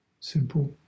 simple